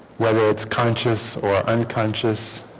whether it's conscious or unconscious